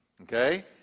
Okay